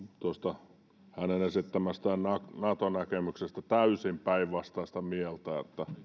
tuosta hänen esittämästään nato näkemyksestä täysin päinvastaista mieltä